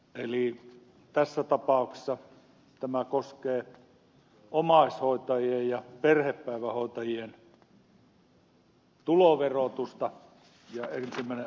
eli tässä tapauksessa tämä koskee omaishoitajien ja perhepäivähoitajien tuloverotusta ja ensimmäinen allekirjoittaja on ed